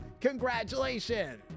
Congratulations